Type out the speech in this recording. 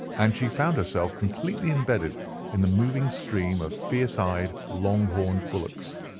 and she found herself completely imbedded in the moving stream of fierce-eyed, long-horned bullocks.